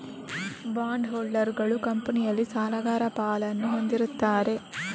bond ಹೋಲ್ಡರುಗಳು ಕಂಪನಿಯಲ್ಲಿ ಸಾಲಗಾರ ಪಾಲನ್ನು ಹೊಂದಿರುತ್ತಾರೆ